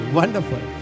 wonderful